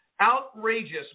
outrageous